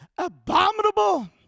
abominable